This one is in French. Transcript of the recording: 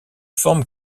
forme